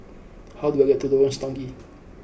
how do I get to Lorong Stangee